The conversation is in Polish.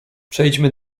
przejdźmy